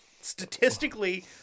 statistically